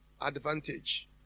advantage